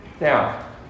Now